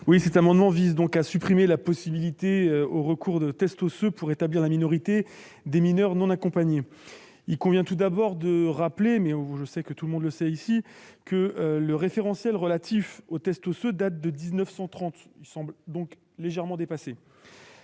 . Cet amendement vise à supprimer la possibilité de recourir aux tests osseux pour établir la minorité des mineurs non accompagnés. Rappelons tout d'abord- tout le monde le sait ici -que le référentiel relatif aux tests osseux date de 1930. Il semble donc légèrement dépassé